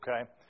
okay